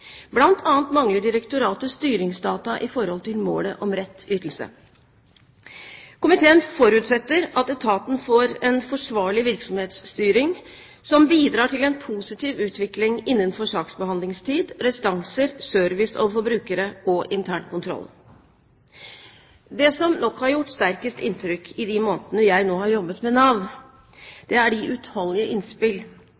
mangler direktoratet styringsdata i forhold til målet om rett ytelse. Komiteen forutsetter at etaten får en forsvarlig virksomhetsstyring som bidrar til en positiv utvikling innenfor saksbehandlingstid, restanser, service overfor brukere og internkontroll. Det som nok har gjort sterkest inntrykk i de månedene jeg nå har jobbet med Nav,